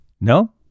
No